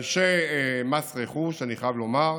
אנשי מס רכוש, אני חייב לומר,